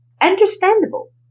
understandable